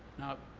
now,